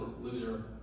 loser